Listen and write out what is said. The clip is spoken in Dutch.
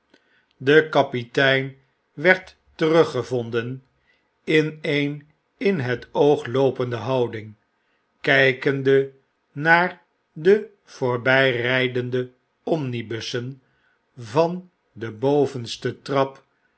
de kapitein werd gevonden in een in het oogloopende houding kykende naar de voorbyrijdende omnibussen van de bovenste trap